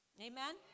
Amen